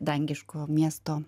dangiško miesto